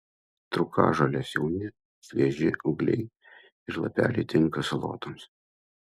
trūkažolės jauni švieži ūgliai ir lapeliai tinka salotoms